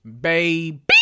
baby